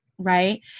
Right